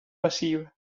passiva